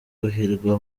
guhirwa